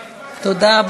תודה.